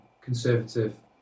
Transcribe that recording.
conservative